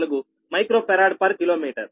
00734 microfarad per kilometre